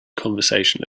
conversation